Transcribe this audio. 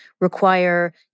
require